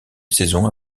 saison